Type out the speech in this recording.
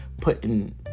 putting